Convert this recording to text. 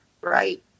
right